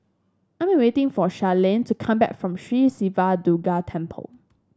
I am waiting for Charlene to come back from Sri Siva Durga Temple